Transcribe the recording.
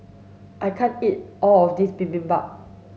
I can't eat all of this Bibimbap